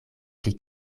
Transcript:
pli